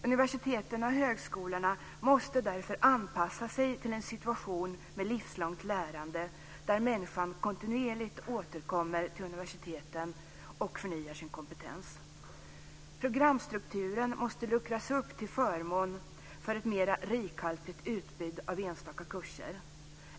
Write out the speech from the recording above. Universiteten och högskolorna måste därför anpassa sig till en situation med livslångt lärande där människan kontinuerligt återkommer till universiteten och förnyar sin kompetens. Programstrukturen måste luckras upp till förmån för ett mer rikhaltigt utbud av enstaka kurser.